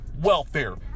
welfare